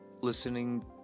listening